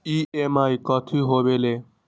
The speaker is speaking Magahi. ई.एम.आई कथी होवेले?